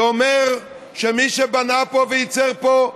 זה אומר שמי שבנה פה וייצר פה,